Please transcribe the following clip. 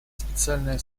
специальная